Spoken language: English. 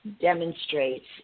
demonstrates